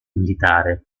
militare